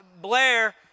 Blair